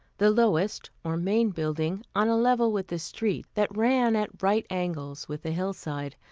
the lowest, or main building, on a level with the street that ran at right angles with the hillside,